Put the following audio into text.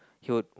he would